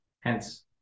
hence